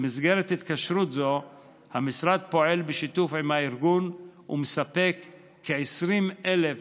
במסגרת התקשרות זו המשרד פועל בשיתוף עם הארגון ומספק כ-20,000